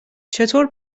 چطور